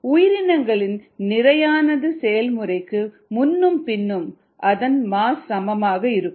உயிரினங்களின் நிறையானது செயல்முறைக்கு முன்னும் பின்னும் அதன் மாஸ் சமமாக இருக்கும்